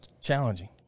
challenging